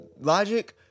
Logic